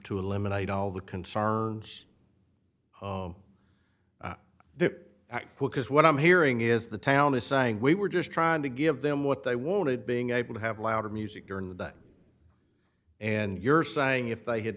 to eliminate all the concerns the act because what i'm hearing is the town is saying we were just trying to give them what they wanted being able to have loud music during the day and you're saying if